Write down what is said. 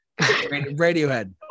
Radiohead